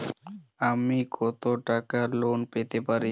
আমি কত টাকা লোন পেতে পারি?